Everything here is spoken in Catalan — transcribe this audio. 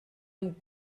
amb